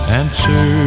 answer